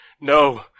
No